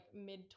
mid